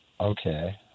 Okay